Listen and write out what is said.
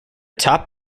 top